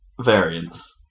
variance